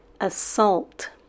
Assault